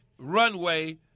runway